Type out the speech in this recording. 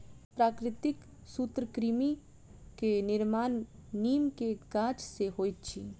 प्राकृतिक सूत्रकृमि के निर्माण नीम के गाछ से होइत अछि